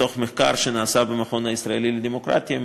מתוך מחקר שנעשה במכון הישראלי לדמוקרטיה,